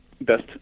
best